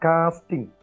Casting